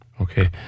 Okay